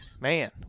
man